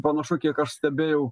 panašu kiek aš stebėjau